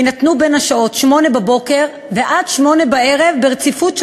בין השעות 08:00 ו-20:00 ברציפות,